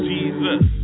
Jesus